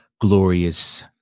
glorious